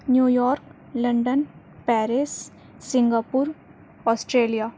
New York London Paris Singapore Australia